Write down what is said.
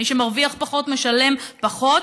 מי שמרוויח פחות משלם פחות,